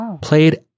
Played